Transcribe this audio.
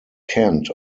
kent